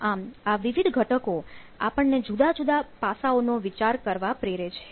તો આમ આ વિવિધ ઘટકો આપણને જુદા જુદા પાસાઓ નો વિચાર કરવા પ્રેરે છે